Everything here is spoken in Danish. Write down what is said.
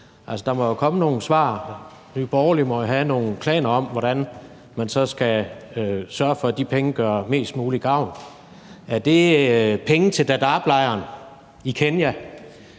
der må jo komme nogle svar. Nye Borgerlige må jo have nogle planer om, hvordan man så skal sørge for, at de penge gør mest mulig gavn. Er det penge til Dadaablejren i Kenya?